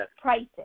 prices